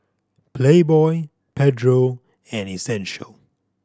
Playboy Pedro and Essential